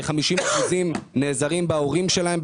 כ-50% נעזרים בהורים שלהם,